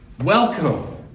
welcome